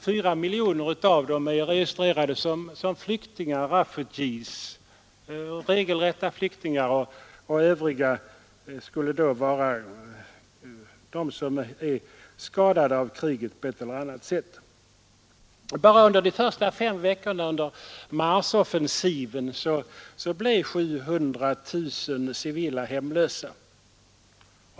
4 miljoner av dessa är registrerade som ”refugees”, regelrätta flyktingar, och övriga skulle då vara sådana som är skadade av kriget på ett eller annat sätt. Bara under de första fem veckorna av marsoffensiven blev 700 000 civila hemlösa.